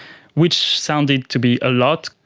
which sounded to be a lot.